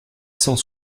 cent